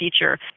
feature